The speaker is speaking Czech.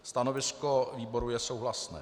Stanovisko výboru je souhlasné.